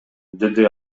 деди